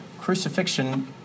crucifixion